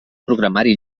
programari